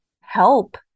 help